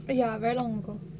oh ya very long ago